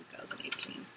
2018